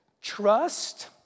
trust